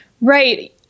Right